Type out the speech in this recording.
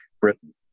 Britain